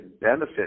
benefit